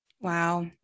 Wow